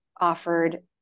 offered